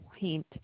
point